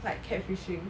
like catfishing